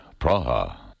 Praha